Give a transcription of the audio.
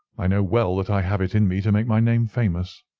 i know well that i have it in me to make my name famous.